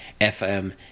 FM